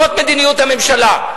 זאת מדיניות הממשלה.